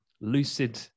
Lucid